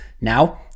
Now